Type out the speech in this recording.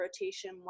rotation